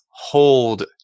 Hold